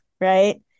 Right